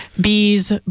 Bees